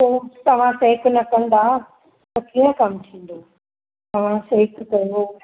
पो तव्हां सेक न कंदा त कीअं कमु थींदो तव्हां सेक कयो